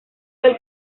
del